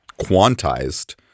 quantized